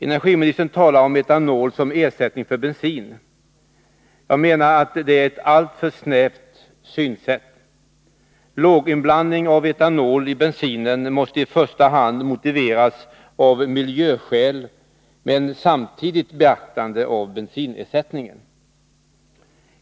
Energiministern talar om etanol som ersättning för bensin. Jag menar att det är ett alltför snävt synsätt. Låginblandning av etanol i bensinen måste i första hand motiveras av miljöskäl med samtidigt beaktande av bensinersättningen.